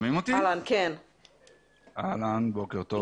בוקר טוב.